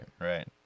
right